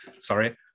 sorry